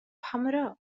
حمراء